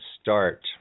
start